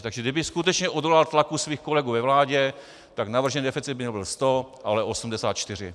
Takže kdyby skutečně odolal tlaku svých kolegů ve vládě, tak navržený deficit by nebyl 100, ale 84.